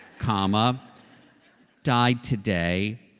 comma died today.